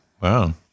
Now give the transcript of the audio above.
Wow